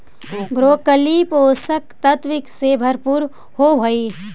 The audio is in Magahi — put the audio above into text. ब्रोकली पोषक तत्व से भरपूर होवऽ हइ